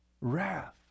wrath